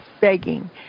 Begging